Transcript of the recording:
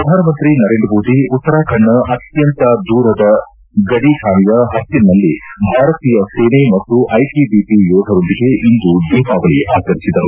ಪ್ರಧಾನಮಂತ್ರಿ ನರೇಂದ್ರ ಮೋದಿ ಉತ್ತರಾಖಂಡ್ನ ಅತ್ಯಂತ ದೂರದ ಗಡಿ ಠಾಣೆಯ ಹರ್ಸಿಲ್ನಲ್ಲಿ ಭಾರತೀಯ ಸೇನೆ ಮತ್ತು ಐಟಿಬಿಪಿ ಯೋಧರೊಂದಿಗೆ ಇಂದು ದೀಪಾವಳಿ ಆಚರಿಸಿದರು